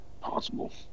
Possible